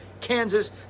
Kansas